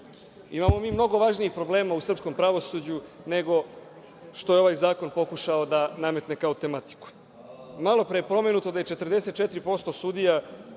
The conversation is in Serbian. imamo mi mnogo važnijih problema u srpskom pravosuđu nego što je ovaj zakon pokušao da nametne kao tematiku. Malo pre je pomenuto da je 44% sudija